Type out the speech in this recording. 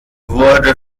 wurde